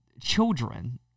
children